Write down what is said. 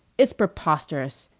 it's preposterous!